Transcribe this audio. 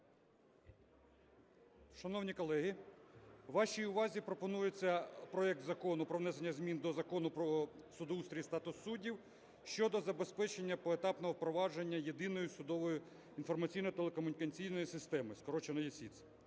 Шановні колеги, вашій увазі пропонується проект Закону про внесення змін до Закону "Про судоустрій і статус суддів" щодо забезпечення поетапного впровадження Єдиної судової інформаційно-телекомунікаційної системи, скорочено ЄСІТС.